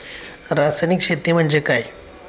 रासायनिक शेती म्हणजे काय?